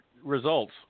results